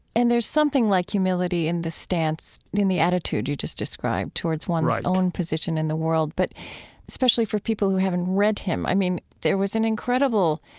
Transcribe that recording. and there's something like humility in the stance, in the attitude you just described towards one's own position in the world. but especially for people who haven't read him, i mean, there was an incredible